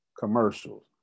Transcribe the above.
Commercials